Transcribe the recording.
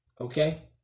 okay